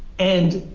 and,